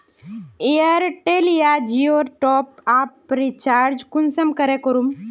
Airtel या जियोर top आप रिचार्ज कुंसम करे करूम?